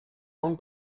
own